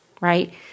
right